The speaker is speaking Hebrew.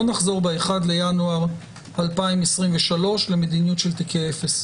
לא נחזור ב-01.01.2023 למדיניות של תיקי אפס.